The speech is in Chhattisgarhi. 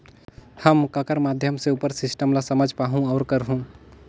हम ककर माध्यम से उपर सिस्टम ला समझ पाहुं और करहूं?